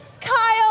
Kyle